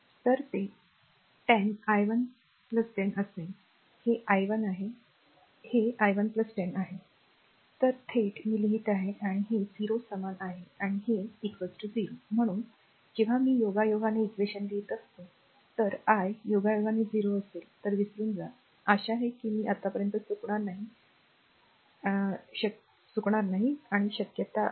तर ते 10 i 1 10 असेल हे r i 1 आहे हे i 1 10 आहे तर थेट मी लिहित आहे आणि हे 0 समान आहे आणि हे 0 म्हणून जेव्हा मी योगायोगाने equation लिहित असतो जर I योगायोगाने 0 असेल तर विसरून जा आशा आहे की मी आतापर्यंत चुकणार नाही काही शक्यता आहेत